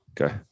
Okay